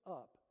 up